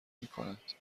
میکند